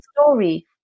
story